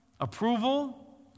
approval